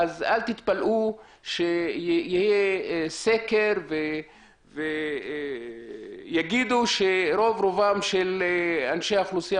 אז אל תתפלאו אם יהיה סקר שיגיד שרוב אנשי האוכלוסייה